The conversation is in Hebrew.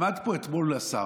אתמול עמד פה השר,